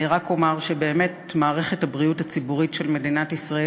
רק אומר שבאמת מערכת הבריאות הציבורית של מדינת ישראל,